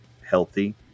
healthy